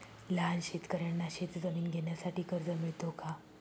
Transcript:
लहान शेतकऱ्यांना शेतजमीन घेण्यासाठी कर्ज मिळतो का?